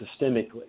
systemically